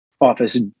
office